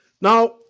Now